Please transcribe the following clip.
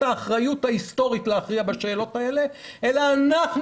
האחריות ההיסטורית להכריע בשאלות האלה אלא אנחנו